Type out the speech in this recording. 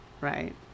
right